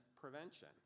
prevention